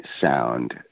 sound